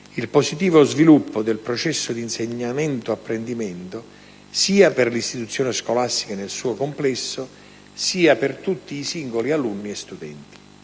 il positivo sviluppo del processo di insegnamento-apprendimento sia per l'istituzione scolastica nel suo complesso, sia per tutti i singoli alunni e studenti.